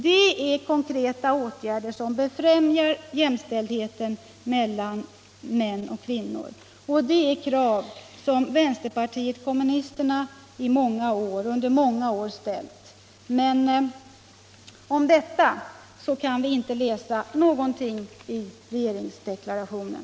Detta är konkreta åtgärder som befrämjar jämställdheten mellan män och kvinnor, och det är krav som vänsterpartiet kommunisterna under många år ställt. Men om detta kan vi inte läsa någonting i regeringsdeklarationen.